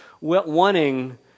wanting